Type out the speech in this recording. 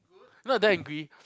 know I damn angry